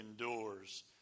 endures